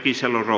isä moro